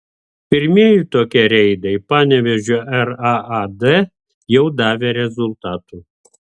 pirmieji tokie reidai panevėžio raad jau davė rezultatų